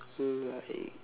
mm like